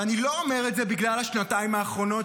ואני לא אומר את זה בגלל השנתיים האחרונות,